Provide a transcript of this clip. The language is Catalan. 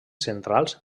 centrals